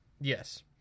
yes